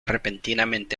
repentinamente